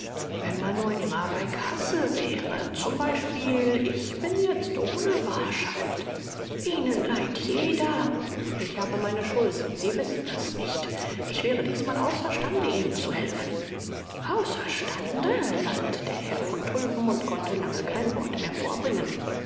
wenn man nur immer bei kasse wäre zum beispiel ich bin jetzt ohne barschaft ihnen leiht jeder ich habe meine schulden sie wissen das nicht ich wäre diesmal außer stande ihnen zu helfen außer stande lallte der herr von tulpen und konnte lange kein wort mehr vorbringen